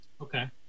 okay